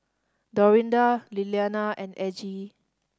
Dorinda Lilianna and Aggie